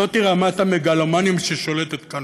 זו רמת המגלומניה ששולטת כאן.